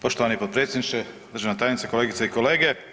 Poštovani potpredsjedniče, državna tajnice, kolegice i kolege.